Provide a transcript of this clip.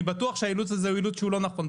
אני בטוח שהאילוץ הזה הוא אילוץ לא נכון.